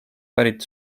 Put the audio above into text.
pärit